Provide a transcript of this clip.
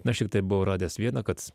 na aš tiktai buvau radęs vieną kad